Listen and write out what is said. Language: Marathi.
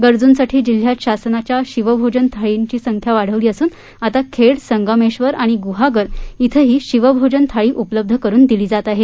गरजुंसांठी जिल्ह्यात शासनाच्या शिवभोजन थाळींची संख्याही वाढवली असून आता खेड संगमेश्वर आणि गुहागर ब्रिंही शिवभोजन थाळी उपलब्ध करून दिली आहे